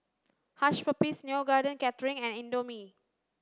Hush Puppies Neo Garden Catering and Indomie